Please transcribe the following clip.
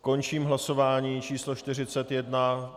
Končím hlasování číslo 41.